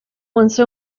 once